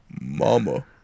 Mama